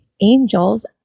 angels